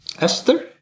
Esther